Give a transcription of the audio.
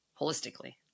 holistically